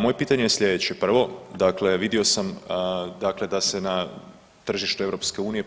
Moje pitanje je slijedeće, prvo dakle vidio sam dakle da se na tržištu EU